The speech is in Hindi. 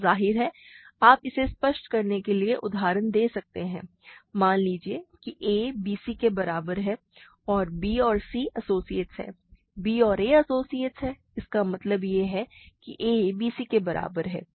तो ज़ाहिर है आप इसे स्पष्ट करने के लिए उदाहरण दे सकते हैं मान लीजिए कि a bc के बराबर है और b और c एसोसिएट्स हैं b और a एसोसिएट्स हैं इसका मतलब यह है कि a bc के बराबर है